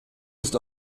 ist